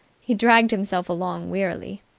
he dragged himself along wearily.